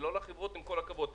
ולא לחברות עם כל הכבוד.